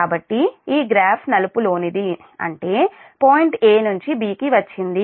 కాబట్టి ఈ గ్రాఫ్ నలుపు లోనిది అంటే పాయింట్ 'a' నుంచి 'b' కి వచ్చింది